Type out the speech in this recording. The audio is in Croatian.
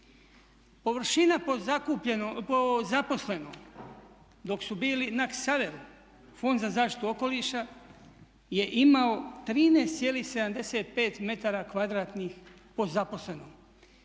Površina po zaposlenom dok su bili na Ksaveru Fond za zaštitu okoliša je imao 13,75 m2 po zaposlenom.